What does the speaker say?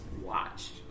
watched